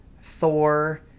Thor